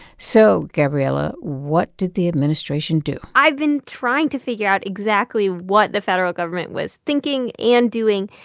so, gabrielle, ah what did the administration do? i've been trying to figure out exactly what the federal government was thinking and doing.